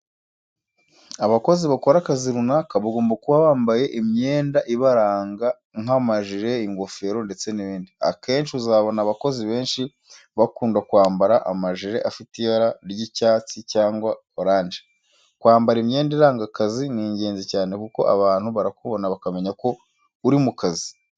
Abakozi bakora akazi runaka, bagomba kuba bambaye imyenda ibaranga nk'amajire, ingofero ndetse n'ibindi. Akenshi uzabona abakozi benshi bakunda kwambara imajire afite ibara ry'icyatsi cyangwa oranje. Kwambara imyenda iranga akazi ni ingenzi cyane kuko abantu barakubona bakamenya ko uri mu kazi.